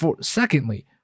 Secondly